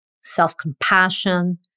self-compassion